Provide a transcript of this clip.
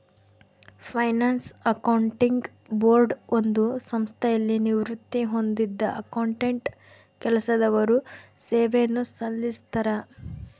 finance accounting board ಒಂದು ಸಂಸ್ಥೆಯಲ್ಲಿ ನಿವೃತ್ತಿ ಹೊಂದಿದ್ದ ಅಕೌಂಟೆಂಟ್ ಕೆಲಸದವರು ಸೇವೆಯನ್ನು ಸಲ್ಲಿಸ್ತರ